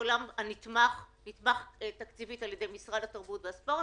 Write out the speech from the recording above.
העולם הנתמך תקציבית על ידי משרד התרבות והספורט,